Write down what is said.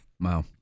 Wow